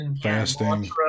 Fasting